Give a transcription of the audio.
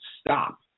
stop